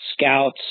scouts